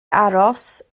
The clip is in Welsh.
aros